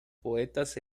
poetas